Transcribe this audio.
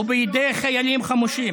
ובידי חיילים חמושים.